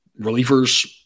Relievers